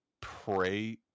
pray